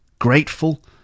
grateful